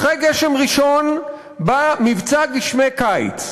אחרי "גשם ראשון" בא מבצע "גשמי קיץ",